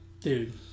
Dude